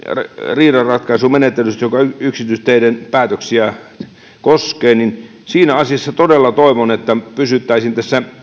riidanratkaisumenettelystä joka yksityisteiden päätöksiä koskee siinä asiassa todella toivon että pysyttäisiin